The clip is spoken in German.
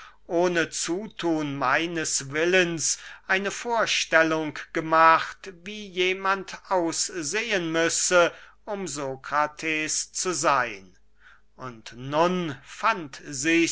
ohne zuthun meines willens eine vorstellung gemacht wie jemand aussehen müsse um sokrates zu seyn und nun fand sichs